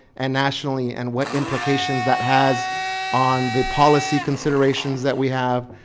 and nationally, and what implications that has on the policy considerations that we have,